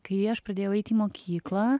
kai aš pradėjau eit į mokyklą